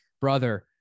brother